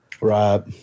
Right